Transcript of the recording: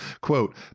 quote